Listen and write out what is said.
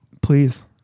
Please